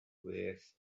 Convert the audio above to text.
with